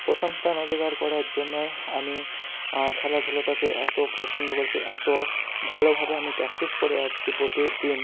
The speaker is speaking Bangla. প্রথম স্থান অধিকার করার জন্যই আমি খেলাধুলোটাকে এতো পছন্দ করছি এতো ভালোভাবে আমি প্র্যাকটিস করে যাচ্ছি প্রতিদিন